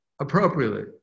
appropriately